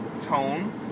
Tone